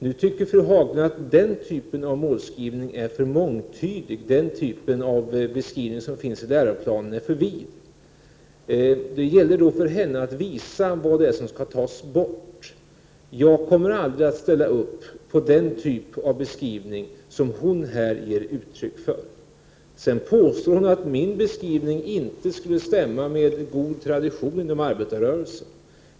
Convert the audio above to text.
Nu tycker fru Haglund att den typen av målbeskrivning som finns i läroplanen är mångtydig och alltför vid. Då gäller det för henne att visa vad som skall tas bort. Jag kommer aldrig att ställa upp på den typ av beskrivning som hon här har gett uttryck för. Så påstår Ann-Cathrine Haglund att min beskrivning inte skulle stämma med god tradition inom arbetarrörelsen.